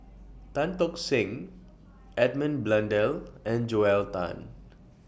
Tan Tock Seng Edmund Blundell and Joel Tan